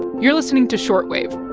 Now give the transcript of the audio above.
you're listening to short wave